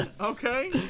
Okay